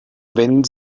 wenn